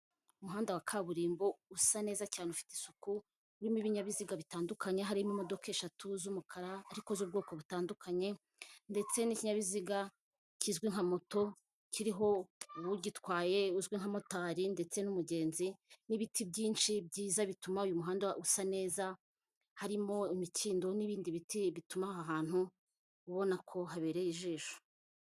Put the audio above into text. Ku mupira wa kizimyamoto wifashishwa mu gihe habaye inkongi y'umuriro, uba uri ahantu runaka hahurira abantu benshi nko mu masoko, mu mavuriro ndetse no mu ma sitade, uyu mupira wifashishwa ubusukira amazi bitewe n'ahantu inkongi y'umuriro iri.